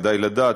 כדאי לדעת,